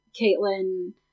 Caitlin